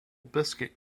biscuit